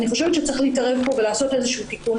אני חושבת שצריך להתערב פה ולעשות איזשהו תיקון.